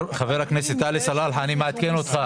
אני מעדכן אותך.